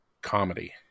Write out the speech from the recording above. comedy